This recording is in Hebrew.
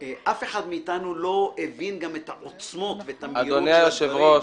אף אחד מאיתנו לא הבין גם את העוצמות ואת המהירות של הדברים.